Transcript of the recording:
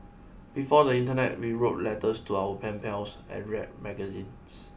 before the internet we wrote letters to our pen pals and read magazines